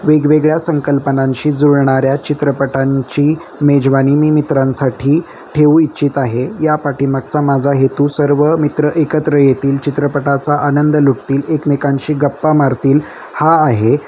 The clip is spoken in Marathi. वेगवेगळ्या संकल्पनांशी जुळणाऱ्या चित्रपटांची मेजवानी मी मित्रांसाठी ठेऊ इच्छित आहे या पाठीमागचा माझा हेतू सर्व मित्र एकत्र येतील चित्रपटाचा आनंद लुटतील एकमेकांशी गप्पा मारतील हा आहे